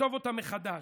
ולכתוב אותה מחדש.